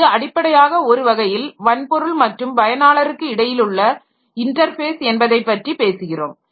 இது அடிப்படையாக ஒரு வகையில் வன்பொருள் மற்றும் பயனாளருக்கு இடையிலுள்ள இன்டர்ஃபேஸ் என்பதைப் பற்றி பேசுகிறோம்